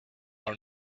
are